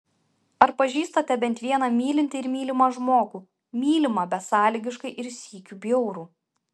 ar pažįstate bent vieną mylintį ir mylimą žmogų mylimą besąlygiškai ir sykiu bjaurų